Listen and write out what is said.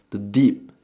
the dip